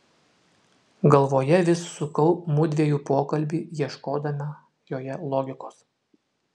galvoje vis sukau mudviejų pokalbį ieškodama jame logikos